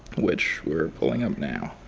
which we're pulling up now.